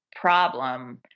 problem